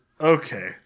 okay